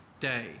day